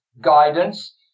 guidance